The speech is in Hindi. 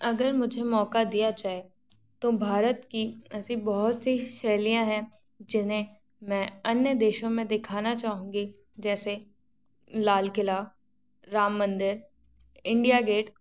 अगर मुझे मौक़ दिया जाए तो भारत की ऐसी बहुत सी शैलियाँ हैं जिन्हे मैं अन्य देशों में दिखाना चाहूँगी जैसे लालक़िला राम मंदिर इंडिया गेट